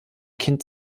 kind